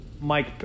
Mike